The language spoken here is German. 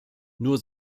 nur